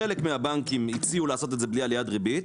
חלק מהבנקים הציעו לעשות את זה בלי עליית ריבית,